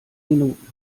minuten